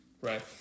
right